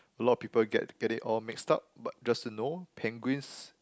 a lot of people get get it all mixed up but just to know penguins